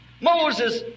Moses